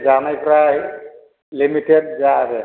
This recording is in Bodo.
जानायफ्रा लिमिटेद जा आरो